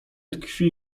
tkwi